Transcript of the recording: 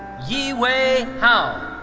yiwei hao.